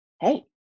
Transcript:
hey